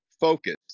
focus